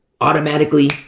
automatically